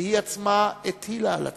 והיא עצמה הטילה על עצמה.